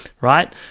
right